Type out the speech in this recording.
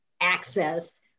access